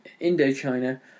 Indochina